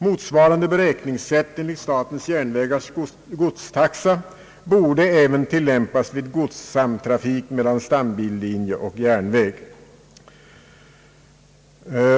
Motsvarande beräkningssätt enligt statens järnvägars godstaxa borde även tillämpas vid godssamtrafik mellan stambillinje och järnväg.»